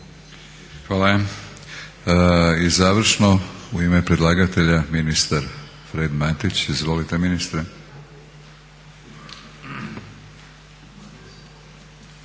Hvala. I završno u ime predlagatelja ministar Fred Matić. Izvolite ministre.